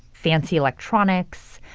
fancy electronics,